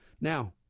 Now